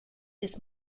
this